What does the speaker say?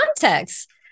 context